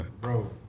Bro